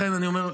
לכן אני אומר,